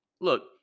look